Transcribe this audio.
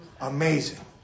amazing